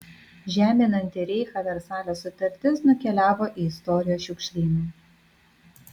žeminanti reichą versalio sutartis nukeliavo į istorijos šiukšlyną